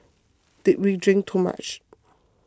did we drink too much